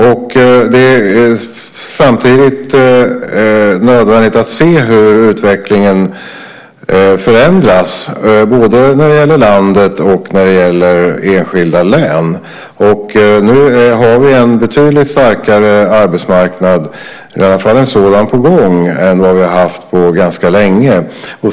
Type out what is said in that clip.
Det är samtidigt nödvändigt att se hur utvecklingen förändras när det gäller både landet och enskilda län. Nu har vi en betydligt starkare arbetsmarknad på gång än vi har haft på länge.